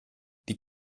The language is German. die